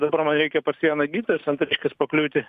dabar man reikia pas vieną gydytoją į santariškes pakliūti